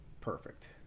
perfect